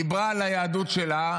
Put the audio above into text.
דיברה על היהדות שלה.